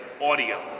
audio